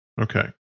Okay